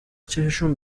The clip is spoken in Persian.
چششون